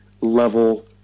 level